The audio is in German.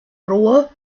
rohr